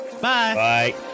Bye